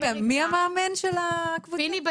רגע מי המאמן של הקבוצה?